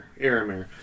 Aramir